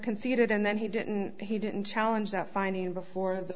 conceded and then he didn't he didn't challenge that finding before the